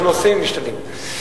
היושב-ראש, אנחנו עושים, משתדלים.